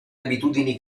abitudini